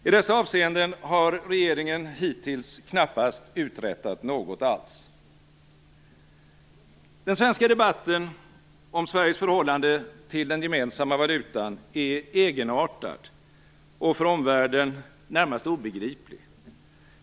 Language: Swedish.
I dessa avseenden har regeringen hittills knappast uträttat något alls. Den svenska debatten om Sveriges förhållande till den gemensamma valutan är egenartad och - för omvärlden - närmast obegriplig.